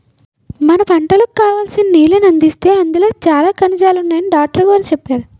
మన పంటలకు కావాల్సిన నీళ్ళను అందిస్తే అందులో చాలా ఖనిజాలున్నాయని డాట్రుగోరు చెప్పేరు